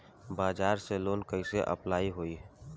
बज़ाज़ से लोन कइसे अप्लाई होई?